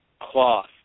cloth